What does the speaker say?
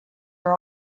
are